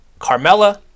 Carmella